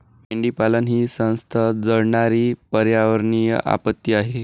मेंढीपालन ही संथ जळणारी पर्यावरणीय आपत्ती आहे